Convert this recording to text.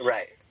Right